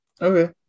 Okay